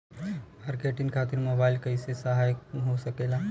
Marketing खातिर mobile कइसे सहायक हो सकेला?